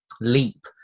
leap